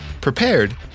prepared